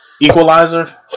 Equalizer